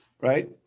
right